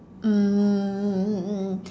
mm